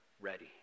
ready